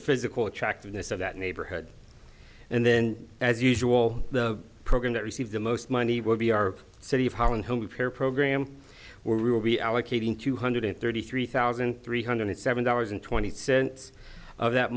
physical attractiveness of that neighborhood and then as usual the program that receives the most money will be our city of harlem home repair program where we will be allocating two hundred thirty three thousand three hundred seven dollars and twenty cents of that